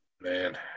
man